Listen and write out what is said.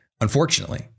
unfortunately